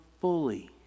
fully